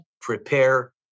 prepare